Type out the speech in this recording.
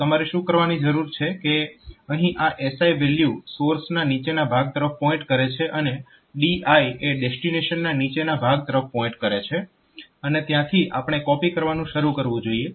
તો તમારે શું કરવાની જરૂર છે કે અહીં આ SI વેલ્યુ સોર્સના નીચેના ભાગ તરફ પોઇન્ટ કરે છે અને DI એ ડેસ્ટીનેશનના નીચેના ભાગ તરફ પોઇન્ટ કરે છે અને ત્યાંથી આપણે કોપી કરવાનું શરૂ કરવું જોઈએ